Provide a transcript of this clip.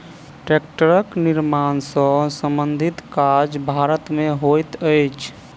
टेक्टरक निर्माण सॅ संबंधित काज भारत मे होइत अछि